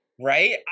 Right